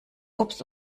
obst